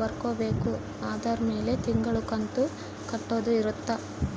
ಬರ್ಕೊಬೇಕು ಅದುರ್ ಮೆಲೆ ತಿಂಗಳ ಕಂತು ಕಟ್ಟೊದ ಇರುತ್ತ